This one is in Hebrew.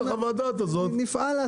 תעשו את חוות הדעת הזאת שהיועצים